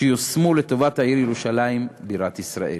שייושמו לטובת העיר ירושלים בירת ישראל.